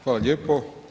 Hvala lijepo.